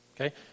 okay